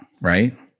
right